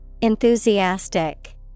Enthusiastic